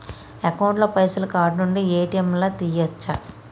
Account ల పైసల్ card నుండి ఏ.టి.ఎమ్ లా తియ్యచ్చా?